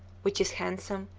which is handsome,